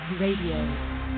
Radio